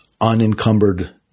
unencumbered